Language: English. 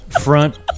front